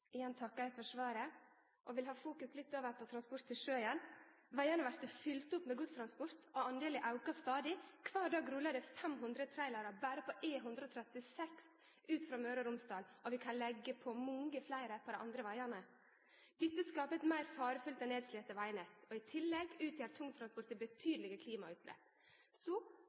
svaret. Eg vil ha fokus litt over på transport til sjø igjen. Vegane vert fylte opp med godstransport, og delen aukar stadig. Kvar dag rullar det 500 trailerar berre på E136 ut frå Møre og Romsdal, og vi kan leggje på mange fleire på dei andre vegane. Dette skapar eit meir farefullt og nedslite vegnett, og i tillegg utgjer tungtransporten betydelege klimautslepp.